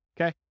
Okay